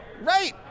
Right